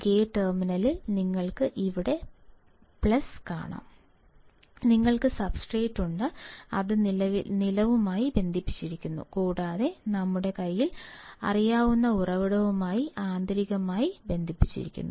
gate ടെർമിനലിൽ നിങ്ങൾക്ക് ഇവിടെ പ്ലസ് കാണാം നിങ്ങൾക്ക് സബ്സ്ട്രേറ്റ് ഉണ്ട് അത് നിലവുമായി ബന്ധിപ്പിച്ചിരിക്കുന്നു കൂടാതെ ഞങ്ങൾക്ക് അറിയാവുന്ന ഉറവിടവുമായി ആന്തരികമായി ബന്ധിപ്പിച്ചിരിക്കുന്നു